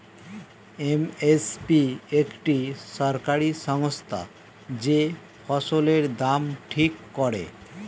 M এস পি একটি সরকারি সংস্থা যে ফসলের দাম ঠিক করে